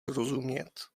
rozumět